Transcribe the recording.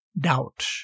doubt